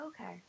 Okay